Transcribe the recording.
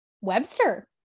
webster